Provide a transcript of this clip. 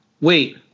Wait